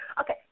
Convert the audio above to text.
Okay